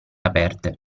aperte